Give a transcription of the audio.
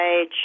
age